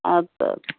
اِدٕ سَہ اَ